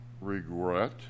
regret